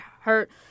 hurt